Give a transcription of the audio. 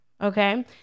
Okay